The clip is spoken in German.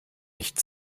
nicht